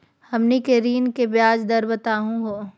हमनी के ऋण के ब्याज दर बताहु हो?